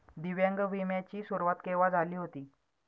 दिव्यांग विम्या ची सुरुवात केव्हा झाली होती?